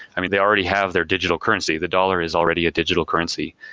i mean, they already have their digital currency. the dollar is already a digital currency,